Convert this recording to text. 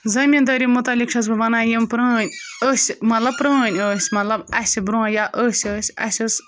زٔمیٖندٲری مُتعلق چھس بہٕ وَنان یِم پرٛٲنۍ أسۍ مطلب پرٛٲنۍ ٲسۍ مطلب اَسہِ بروںٛہہ یا أسۍ ٲسۍ اَسہِ ٲس